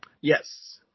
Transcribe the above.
Yes